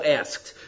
asked